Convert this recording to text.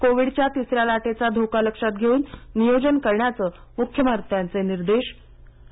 कोविडच्या तिसऱ्या लाटेचा धोका लक्षात घेऊ नियोजन करण्याचे मुख्यमंत्र्यांचे निर्देश आणि